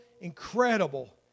incredible